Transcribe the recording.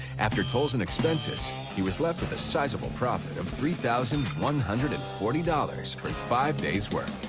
after tolls and expenses, he's left with a sizable profit of three thousand one hundred and forty dollars for five days' work.